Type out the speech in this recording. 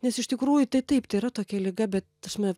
nes iš tikrųjų tai taip tai yra tokia liga ta sme